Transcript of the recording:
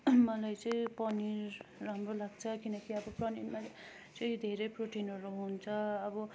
मलाई चाहिँ पनिर राम्रो लाग्छ किनकि अब पनिरमा चाहिँ धेरै प्रोटिनहरू हुन्छ अब